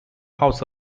house